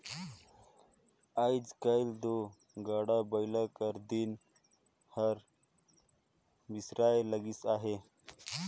आएज काएल दो गाड़ा बइला कर दिन हर बिसराए लगिस अहे